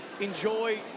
enjoy